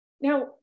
Now